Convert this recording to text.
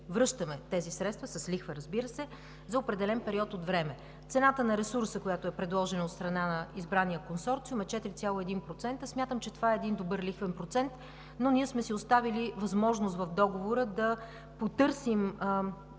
връщаме тези средства, разбира се, с лихва за определен период от време. Цената на ресурса, предложена от страна на избрания консорциум, е 4,1%. Смятам, че това е добър лихвен процент, но ние сме си оставили възможност в договора да потърсим,